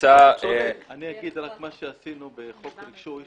- אומר רק מה שעשינו בחוק רישוי,